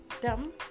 dumb